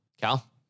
Cal